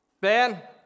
Ben